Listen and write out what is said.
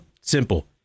Simple